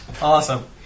Awesome